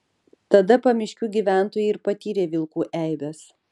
tada pamiškių gyventojai ir patyrė vilkų eibes